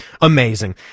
amazing